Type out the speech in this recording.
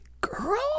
girl